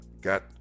got